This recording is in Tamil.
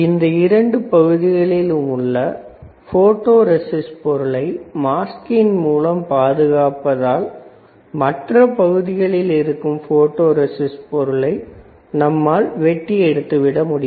இந்த இரண்டு பகுதிகளிலும் உள்ள போட்டோ ரெஸிஸ்ட் பொருளை மாஸ்கின் மூலம் பாதுகாப்பதால் மற்ற பகுதியில் இருக்கும் போட்டோ ரெஸிஸ்ட் பொருளை நம்மால் வெட்டி எடுத்துவிட முடியும்